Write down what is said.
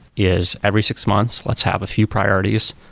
is every six months let's have a few priorities.